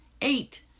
Eight